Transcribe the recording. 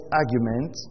argument